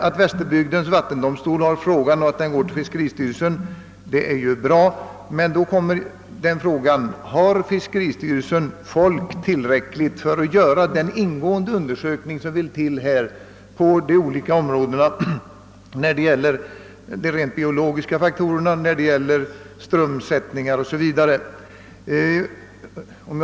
Att = Västerbygdens <vattendomstol skall pröva ärendet och har skickat det på remiss till fiskeristyrelsen är ju bra. Men har fiskeristyrelsen tillräckligt med personal och tid till sitt förfogande för att göra den ingående undersökning som behövs beträffande de rent biologiska faktorerna, strömsättningar 0. S. v.?